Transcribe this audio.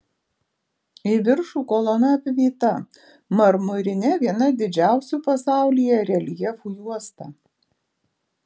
į viršų kolona apvyta marmurine viena didžiausių pasaulyje reljefų juosta